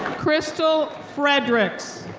krystal fredericks.